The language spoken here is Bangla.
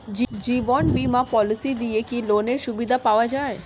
জীবন বীমা পলিসি দিয়ে কি লোনের সুবিধা পাওয়া যায়?